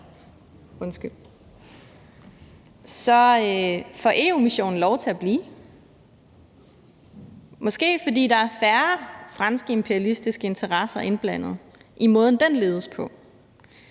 så får EU-missionen lov til at blive, måske fordi der er færre franske imperialistiske interesser indblandet i måden, den ledes på.